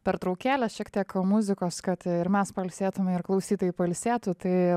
pertraukėlę šiek tiek muzikos kad ir mes pailsėtume ir klausytojai pailsėtų tai